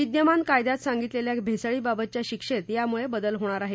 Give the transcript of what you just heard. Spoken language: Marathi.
विद्यमान कायद्यात सांगितलेल्या भेसळीबाबतच्या शिक्षेत यामुळे बदल होणार आहे